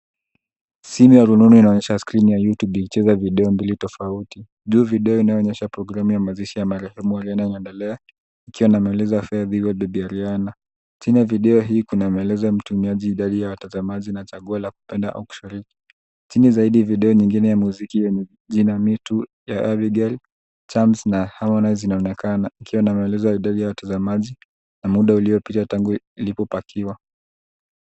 Simu ya rununu inaonyesha skrini ya YouTube, ikicheza video mbili tofauti. Juu, video inayoonyesha programu ya mazishi ya marehemu Arianna inaendelea, ikiwa na maelezo "FARE THEE WELL BABY ARIANNA". Chini ya video hii, kuna maelezo ya mtumiaji, idadi ya watazamaji, na chaguo la kupenda au kushiriki. Chini zaidi, video nyingine ya muziki yenye jina "ME TOO" ya Abigail Chams na Harmonize inaonekana, ikiwa na maelezo ya idadi ya watazamaji na muda uliopita tangu ilipopakiwa.